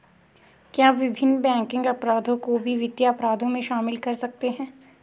क्या विभिन्न बैंकिंग अपराधों को भी वित्तीय अपराधों में शामिल कर सकते हैं?